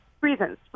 reasons